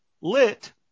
lit